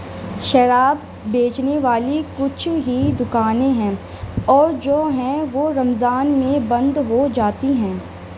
شراب بیچنے والی کچھ ہی دکانیں ہیں اور جو ہیں وہ رمضان میں بند ہو جاتی ہیں